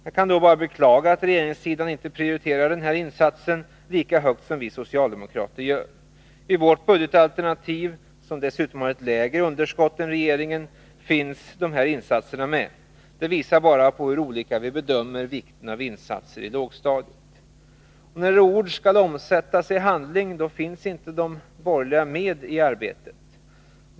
Jag kan då bara beklaga att regeringssidan inte prioriterar den här insatsen lika högt som vi socialdemokrater gör. I vårt budgetalternativ, som dessutom har ett lägre underskott än regeringens förslag, finns de här insatserna med. Det bevisar bara hur olika vi bedömer vikten av insatser på lågstadiet. När ord skall omsättas i handling finns inte de borgerliga med i arbetet.